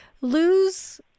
lose